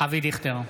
אבי דיכטר,